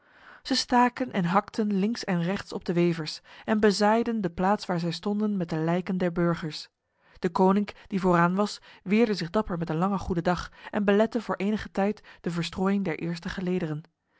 zij staken en hakten links en rechts op de wevers en bezaaiden de plaats waar zij stonden met de lijken der burgers deconinck die vooraan was weerde zich dapper met een lange goedendag en belette voor enige tijd de verstrooiing der eerste gelederen